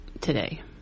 today